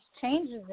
changes